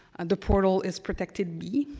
and the portal is protected b.